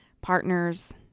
partners